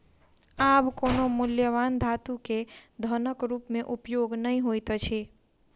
आब कोनो मूल्यवान धातु के धनक रूप में उपयोग नै होइत अछि